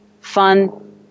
fun